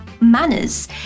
Manners